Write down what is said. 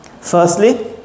Firstly